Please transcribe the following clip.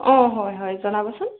অ হয় হয় জনাবচোন